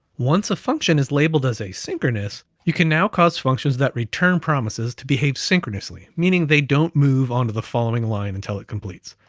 once a function is labeled as asynchronous, you can now cause functions that return promises to behave synchronously. meaning they don't move on to the following line until it completes.